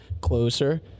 Closer